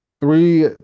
three